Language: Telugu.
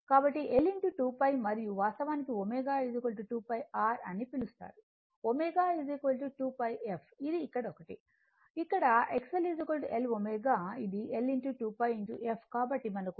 కాబట్టి L 2 pi మరియు వాస్తవానికి ω 2 pi r అని పిలుస్తారు ω 2 pi f ఇది ఇక్కడ ఒకటి ఇక్కడ X L L ω ఇది L 2 pi f